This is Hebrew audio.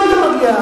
לא היית מגיע.